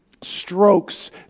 strokes